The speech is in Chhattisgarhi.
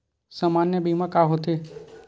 सामान्य बीमा का होथे?